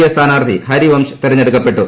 A സ്ഥാനാർത്ഥി ഹരിവംശ് തെരഞ്ഞെടുക്കപ്പെട്ടു